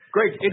Great